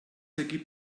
ergibt